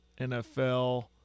NFL